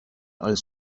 als